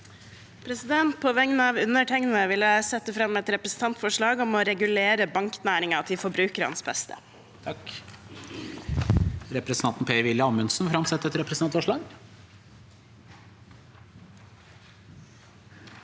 På vegne av undertegnede vil jeg sette fram et representantforslag om å regulere banknæringen til forbrukernes beste.